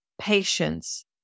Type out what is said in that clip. patience